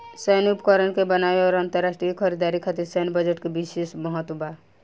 सैन्य उपकरण के बनावे आउर अंतरराष्ट्रीय खरीदारी खातिर सैन्य बजट के बिशेस महत्व बा